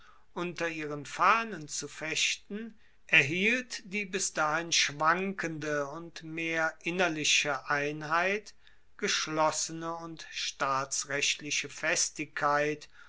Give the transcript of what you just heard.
unter ihren fahnen zu fechten erhielt die bis dahin schwankende und mehr innerliche einheit geschlossene und staatsrechtliche festigkeit